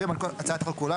הצעת החוק כולה,